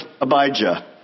Abijah